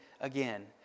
again